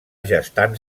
gestant